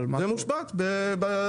זה מושבת ב-1